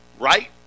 Right